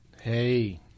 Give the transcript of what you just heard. Hey